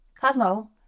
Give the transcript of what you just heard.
Cosmo